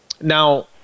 Now